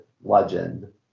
legend